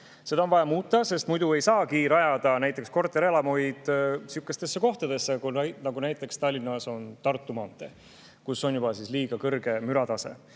on vaja muuta, sest muidu ei saagi rajada näiteks korterelamuid sihukestesse kohtadesse, nagu Tallinnas on Tartu maantee [ümbrus], kus on juba liiga kõrge müratase.